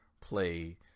play